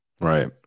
Right